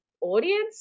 audience